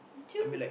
true